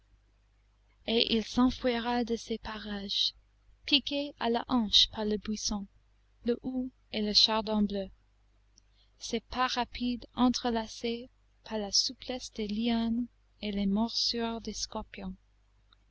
et il s'enfuira de ces parages piqué à la hanche par le buisson le houx et le chardon bleu ses pas rapides entrelacés par la souplesse des lianes et les morsures des scorpions